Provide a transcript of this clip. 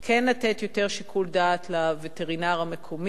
כן לתת יותר שיקול דעת לווטרינר המקומי.